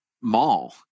mall